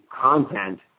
content